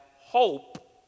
hope